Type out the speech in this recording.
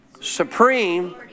Supreme